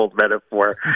metaphor